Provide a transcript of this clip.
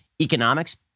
economics